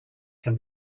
can